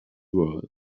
world